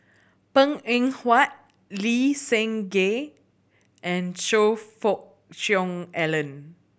Png Eng Huat Lee Seng Gee and Choe Fook Cheong Alan